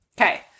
Okay